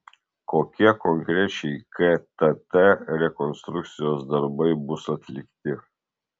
kokie konkrečiai ktt rekonstrukcijos darbai bus atlikti